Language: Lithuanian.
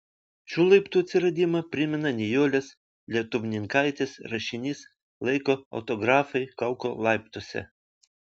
šių laiptų atsiradimą primena nijolės lietuvninkaitės rašinys laiko autografai kauko laiptuose